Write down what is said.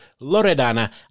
Loredana